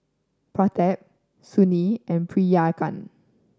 Pratap Sunil and Priyanka